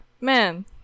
Man